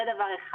זה דבר אחד.